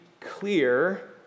clear